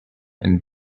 and